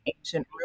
ancient